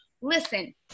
listen